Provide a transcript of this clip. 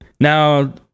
Now